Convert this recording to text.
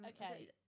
Okay